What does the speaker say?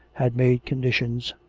had made condi tions,